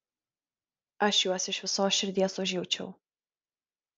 aš juos iš visos širdies užjaučiau